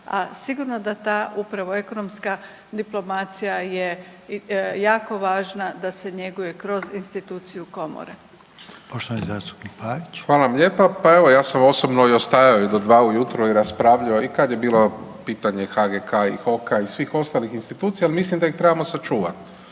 A sigurno da ta upravo ekonomska diplomacija je jako važna da se njeguje kroz instituciju komore. **Reiner, Željko (HDZ)** Poštovani zastupnik Pavić. **Pavić, Marko (HDZ)** Hvala vam lijepa, pa evo ja sam osobno ostajao i do 2 ujutro i raspravljao i kad je bilo pitanje HGK i HOK-a i svih ostalih institucija jer mislim da ih trebamo sačuvati.